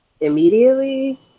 immediately